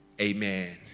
amen